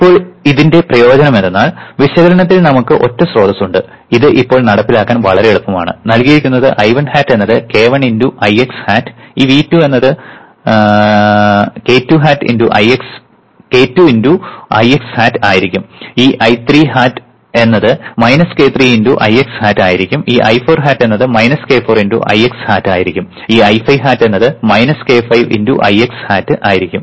ഇപ്പോൾ ഇതിന്റെ പ്രയോജനം എന്തെന്നാൽ വിശകലനത്തിൽ നമുക്ക് ഒറ്റ സ്രോതസ്സ് ഉണ്ട് ഇത് ഇപ്പോൾ നടപ്പിലാക്കാൻ വളരെ എളുപ്പമാണ് നൽകിയിരിക്കുന്നത് I1 hat എന്നത് k1 × Ix hat ഈ V2 എന്നത് hat k2 × Ix hat ആയിരിക്കും ഈ I3 hat എന്നത് k3 × Ix hat ആയിരിക്കും ഈ I4 hat എന്നത് k4 Ix hat ആയിരിക്കും I5 hat എന്നത് k5 × Ix hat ആയിരിക്കും